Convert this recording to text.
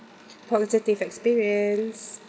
positive experience